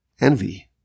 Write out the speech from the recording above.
Envy